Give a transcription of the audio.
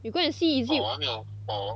you go and see is it